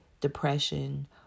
depression